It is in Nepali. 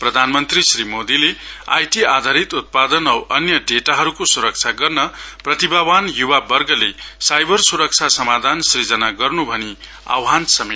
प्रधान मन्त्री श्री मोदीले आई टी आधारित उत्पादन औ अन्य डेटाहरुको सुरक्षा गर्न प्रतिभावान युवा वर्गले साइबर सुरक्षा समाधान सृजना गर्नु भनि आह्वान गर्नु भयो